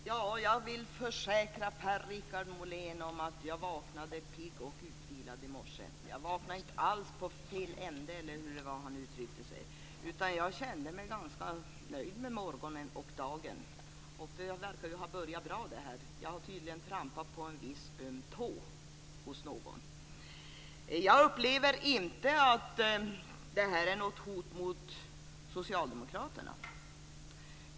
Herr talman! Jag kan försäkra Per-Richard Molén om att jag vaknade pigg och utvilad i morse. Jag vaknade inte alls med fel ända, utan jag kände mig ganska nöjd med morgonen och dagen. Och den verkar ha börjat bra. Jag har tydligen trampat på en viss öm tå hos någon. Jag upplever inte att det är något hot mot socialdemokraterna.